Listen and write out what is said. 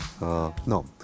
No